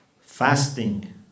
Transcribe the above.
Fasting